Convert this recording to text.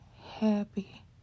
happy